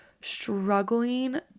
struggling